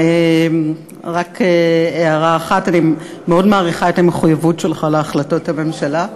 רק הערה אחת: אני מאוד מעריכה את המחויבות שלך להחלטות הממשלה,